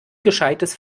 gescheites